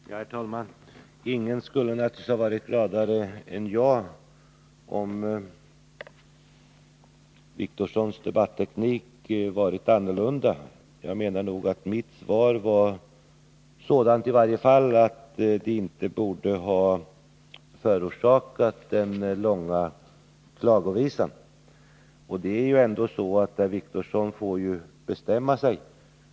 Herr talman! Ingen skulle naturligtvis ha varit gladare än jag om Åke Wictorssons debatteknik varit annorlunda. Jag menar att mitt svar var sådant att det inte borde ha förorsakat den långa klagovisan. Herr Wictorsson får bestämma sig.